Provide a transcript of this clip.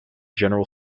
general